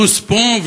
דוז פואה",